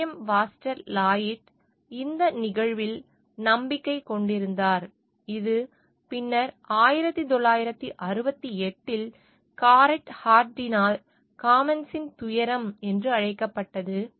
William Foster Lloyd இந்த நிகழ்வில் நம்பிக்கை கொண்டிருந்தார் இது பின்னர் 1968 இல் காரெட் ஹார்டினால் காமன்ஸின் துயரம் என்று அழைக்கப்பட்டது